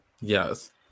Yes